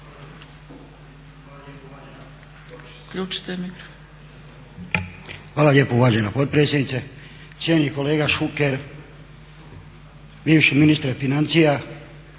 Hvala lijepo uvažena potpredsjednice. Cijenjeni kolega Šuker, bivši ministre financija,